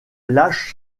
lâche